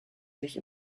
sich